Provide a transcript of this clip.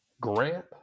Grant